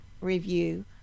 review